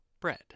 bread